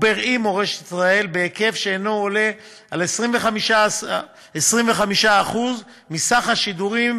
בראי מורשת ישראל בהיקף שאינו עולה על 25% מסך השידורים